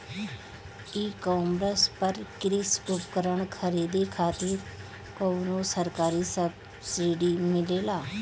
E commerce पर कृषी उपकरण खरीदे खातिर कउनो सरकारी सब्सीडी मिलेला?